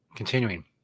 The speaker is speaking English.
Continuing